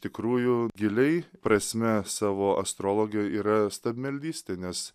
tikrųjų giliai prasme savo astrologė yra stabmeldystė nes